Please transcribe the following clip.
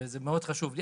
וזה מאוד חשוב לי.